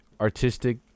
artistic